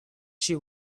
she